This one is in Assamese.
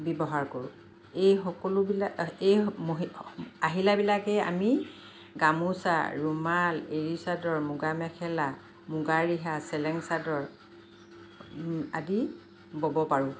ব্যৱহাৰ কৰোঁ এই সকলোবিলাক আহিলাবিলাকে আমি গামোচা ৰুমাল এৰি চাদৰ মুগা মেখেলা মুগা ৰিহা চেলেং চাদৰ আদি বব পাৰোঁ